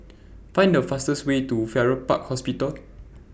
Find The fastest Way to Farrer Park Hospital